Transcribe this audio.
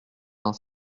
vingt